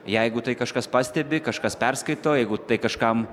jeigu tai kažkas pastebi kažkas perskaito jeigu tai kažkam